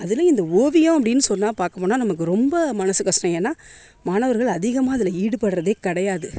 அதுலையும் இந்த ஓவியம் அப்படின் சொன்னால் பார்க்க போனால் நமக்கு ரொம்ப மனசு கஷ்டோம் ஏனால் மாணவர்கள் அதிகமாக அதில் ஈடுபடுகிறதே கிடையாது